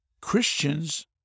Christians